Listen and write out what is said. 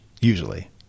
usually